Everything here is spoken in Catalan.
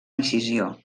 incisió